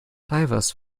divers